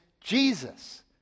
Jesus